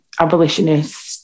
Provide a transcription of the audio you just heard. abolitionists